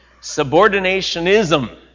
Subordinationism